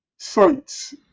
Sites